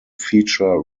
feature